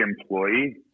employee